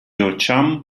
очам